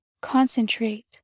concentrate